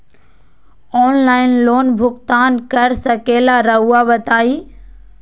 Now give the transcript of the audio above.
Online loan भुगतान कर सकेला राउआ बताई?